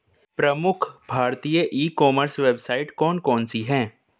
प्रमुख भारतीय e commerce website कौन कौन सी हैं?